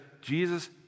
Jesus